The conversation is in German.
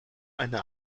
eine